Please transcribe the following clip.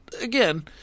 again